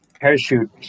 Parachute